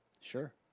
Sure